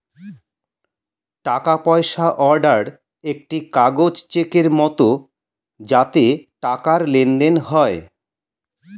টাকা পয়সা অর্ডার একটি কাগজ চেকের মত যাতে টাকার লেনদেন হয়